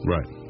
Right